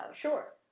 Sure